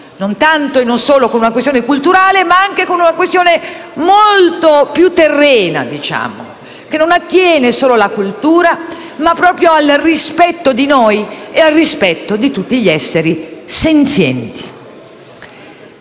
non tanto e non solo con una questione culturale, ma anche con una questione molto più terrena, che attiene non solo alla cultura, ma proprio al rispetto di noi e di tutti gli esseri senzienti.